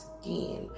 skin